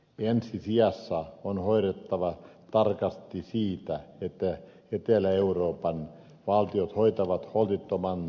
ensi sijassa on huolehdittava tarkasti siitä että etelä euroopan valtiot huolehtivat holtittoman taloudenhoitonsa seurauksista